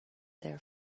their